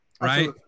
Right